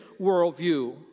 worldview